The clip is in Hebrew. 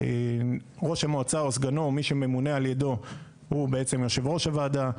ראש המועצה או סגנו או מי שממונה על ידו הוא יושב-ראש הוועדה,